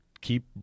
keep